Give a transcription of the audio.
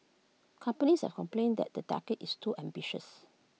companies have complained that the target is too ambitious